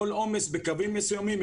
כל עומס בקווים מסוימים,